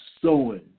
sowing